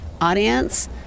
audience